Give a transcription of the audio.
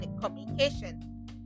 communication